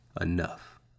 enough